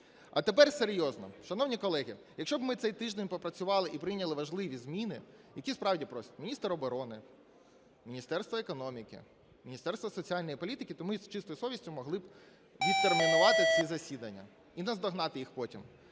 А тепер серйозно. Шановні колеги, якщо б ми цей тиждень попрацювали і прийняли важливі зміни, які справді просять міністр оборони, Міністерство економіки, Міністерство соціальної політики, то ми з чистою совістю могли б відтермінувати ці засідання і наздогнати їх потім.